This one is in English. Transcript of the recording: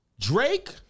Drake